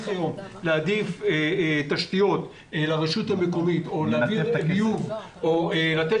היום להעדיף תשתיות לרשות המקומית או להעביר ביוב או לתת